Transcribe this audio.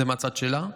זה, מהצד שלה.